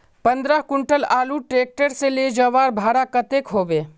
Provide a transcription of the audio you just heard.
पंद्रह कुंटल आलूर ट्रैक्टर से ले जवार भाड़ा कतेक होबे?